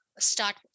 start